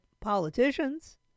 politicians